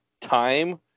time